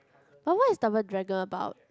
but what is double dragon about